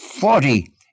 Forty